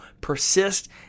persist